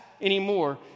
anymore